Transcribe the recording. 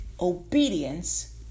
obedience